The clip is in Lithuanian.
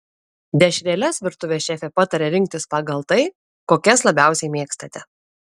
dešreles virtuvės šefė pataria rinktis pagal tai kokias labiausiai mėgstate